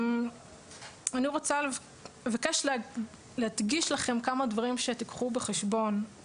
אני רוצה להדגיש לכם כמה דברים שתיקחו בחשבון.